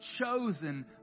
chosen